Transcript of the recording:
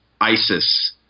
ISIS